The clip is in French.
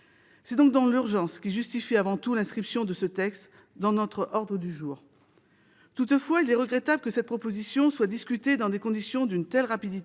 C'est donc l'urgence qui justifie avant tout l'inscription de ce texte à notre ordre du jour. Toutefois, il est regrettable que cette proposition de loi soit discutée dans de telles conditions de rapidité,